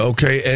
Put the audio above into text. Okay